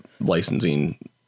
licensing